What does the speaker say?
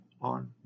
on